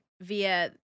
via